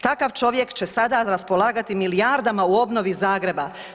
Takav čovjek će sada raspolagati milijardama u obnovi Zagreba.